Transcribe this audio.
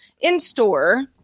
in-store